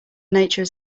nature